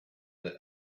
that